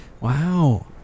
Wow